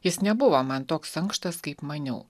jis nebuvo man toks ankštas kaip maniau